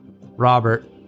Robert